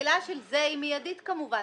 התחילה של זה היא מידית כמובן,